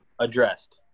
addressed